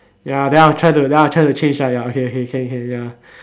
ya then I'll try to then I'll try to change ya okay okay can can ya